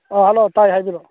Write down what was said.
ꯑꯥ hello ꯇꯥꯏ ꯍꯥꯏꯕꯤꯔꯛꯑꯣ